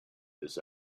this